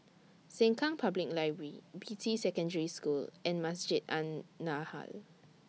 Sengkang Public Library Beatty Secondary School and Masjid An Nahdhah